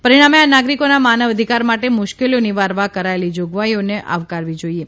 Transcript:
પરિણામે આ નાગરિકોના માનવઅધિકાર માટે મુશ્કેલીઓ નિવારવા કરાયેલી જોગવાઇઓને આવકારવી જોઇએ